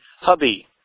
Hubby